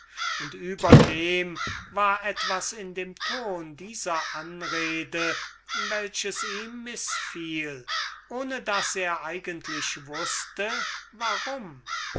und über dem war etwas in dem ton dieser anrede welches ihm mißfiel ohne daß er eigentlich wußte warum